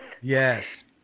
Yes